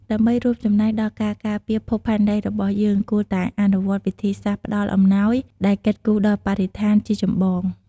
ដើម្បីរួមចំណែកដល់ការការពារភពផែនដីរបស់យើងគួរតែអនុវត្តវិធីសាស្រ្តផ្តល់អំណោយដែលគិតគូរដល់បរិស្ថានជាចម្បង។